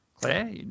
Claire